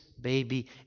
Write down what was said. baby